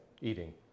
eating